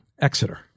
Exeter